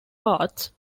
paths